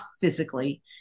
physically